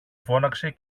φώναξε